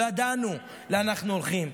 לא ידענו לאן אנחנו הולכים.